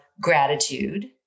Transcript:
gratitude